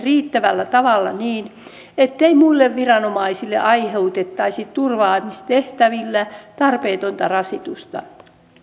riittävällä tavalla niin ettei muille viranomaisille aiheutettaisi turvaamistehtävillä tarpeetonta rasitusta